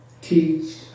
teach